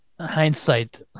hindsight